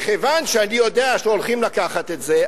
מכיוון שאני יודע שהולכים לקחת את זה,